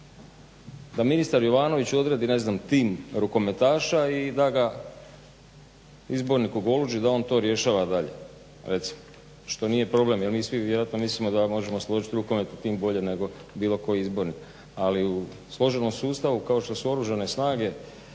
da ministar Jovanović odredi ne znam tim rukometaša i da ga izborniku Goluži da on to rješava dalje, recimo što nije problem. Jer mi svi vjerojatno mislimo da možemo složiti rukometni tim bolje nego bilo koji izbornik. Ali u složenom sustavu kao što su Oružane snage,